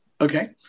Okay